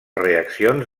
reaccions